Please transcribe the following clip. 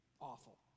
awful